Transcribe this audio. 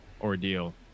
ordeal